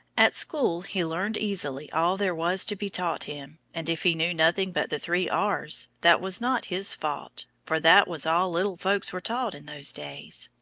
at school he learned easily all there was to be taught him and if he knew nothing but the three r's, that was not his fault, for that was all little folks were taught in those days.